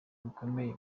bikomeye